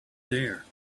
there